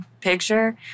picture